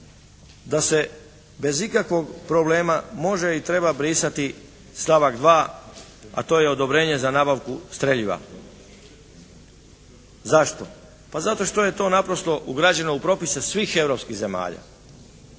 da se bez ikakvog problema može i treba brisati stavak 2. a to je odobrenje za nabavku streljiva. Zašto? Pa zato što je to naprosto ugrađeno u propise svih europskih zemalja.